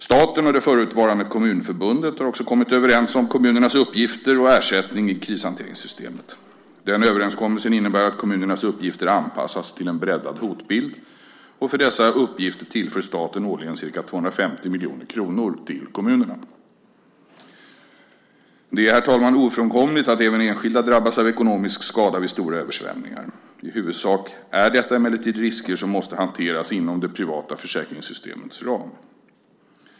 Staten och det förutvarande Kommunförbundet har kommit överens om kommunernas uppgifter och ersättning i krishanteringssystemet. Överenskommelsen innebär att kommunernas uppgifter anpassas till en breddad hotbild. För dessa uppgifter tillför staten årligen ca 250 miljoner kronor till kommunerna. Herr talman! Det är ofrånkomligt att även enskilda drabbas av ekonomisk skada vid stora översvämningar. I huvudsak är detta emellertid risker som måste hanteras inom det privata försäkringssystemets ram.